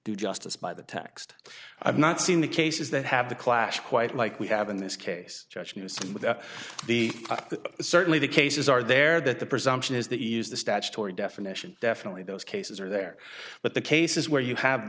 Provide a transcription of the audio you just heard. do justice by the text i've not seen the cases that have the clash quite like we have in this case judge news with the certainly the cases are there that the presumption is that you use the statutory definition definitely those cases are there but the cases where you have